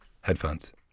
headphones